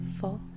four